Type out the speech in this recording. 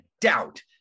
doubt